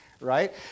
Right